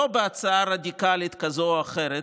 לא בהצעה רדיקלית כזאת או אחרת,